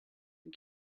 you